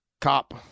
Cop